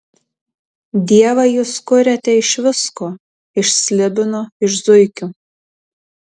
dievą jūs kuriate iš visko iš slibino iš zuikių